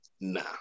nah